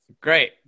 Great